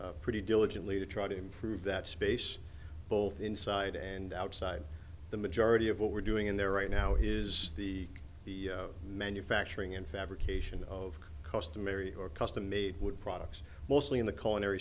pretty diligently to try to improve that space both inside and outside the majority of what we're doing in there right now is the the manufacturing and fabrication of customary or custom made wood products mostly in the co